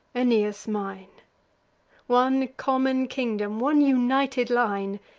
aeneas mine one common kingdom, one united line.